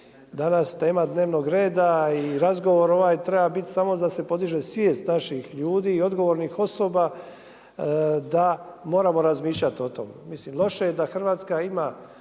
danas tema dnevnog reda i razgovor ovaj treba biti samo da se podiže svijest naših ljudi i odgovornih osoba da moramo razmišljati o tome. Loše je da Hrvatska ima